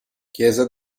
chiesa